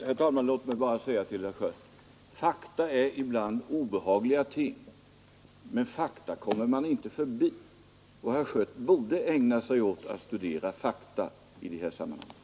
Herr talman! Låt mig bara säga till herr Schött: Fakta är ibland obehagliga ting, men fakta kommer man inte förbi. Herr Schött borde ägna sig åt att studera fakta i det här sammanhanget.